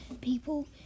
people